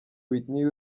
whitney